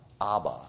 Abba